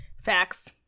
Facts